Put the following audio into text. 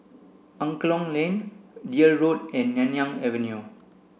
Angklong Lane Deal Road and Nanyang Avenue